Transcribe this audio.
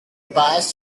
pass